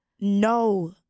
no